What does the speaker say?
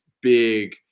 big